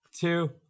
two